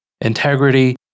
Integrity